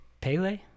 Pele